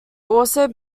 also